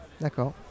D'accord